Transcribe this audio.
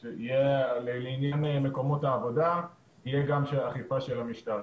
לעניין מקומות העבודה תהיה גם אכיפה של המשטרה.